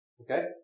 Okay